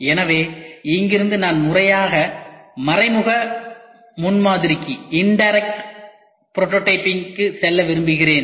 எனவே இங்கிருந்து நான் மறைமுக முன்மாதிரிக்கு செல்ல விரும்புகிறேன்